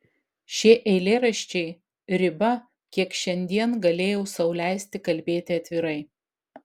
šie eilėraščiai riba kiek šiandien galėjau sau leisti kalbėti atvirai